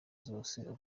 zose